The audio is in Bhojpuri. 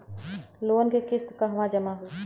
लोन के किस्त कहवा जामा होयी?